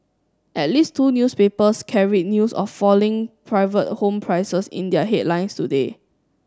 at least two newspapers carried news of falling private home prices in their headlines today